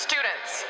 Students